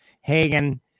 Hagen